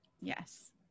Yes